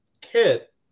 kit